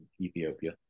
Ethiopia